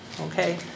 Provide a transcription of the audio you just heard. okay